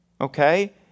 Okay